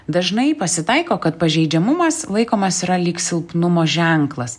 dažnai pasitaiko kad pažeidžiamumas laikomas yra lyg silpnumo ženklas